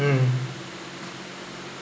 mm